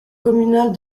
communale